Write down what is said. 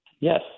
Yes